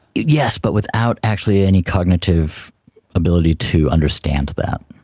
yes, but without actually any cognitive ability to understand that.